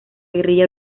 guerrilla